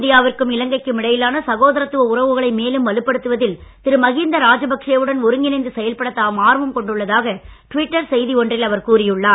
இந்தியாவிற்கும் இலங்கைக்கும் இடையிலான சகோதரத்துவ உறவுகளை மேலும் வலுப்படுத்துவதில் திரு மகீந்த ராஜபச்சேவுடன் ஒருங்கிணைந்து செயல்பட தாம் ஆர்வம் கொண்டுள்ளதாக டுவிட்டர் செய்தி ஒன்றில் அவர் கூறி உள்ளார்